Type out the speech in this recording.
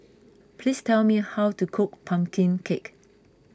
please tell me how to cook Pumpkin Cake